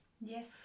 Yes